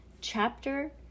Chapter